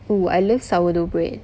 oo I love sourdough bread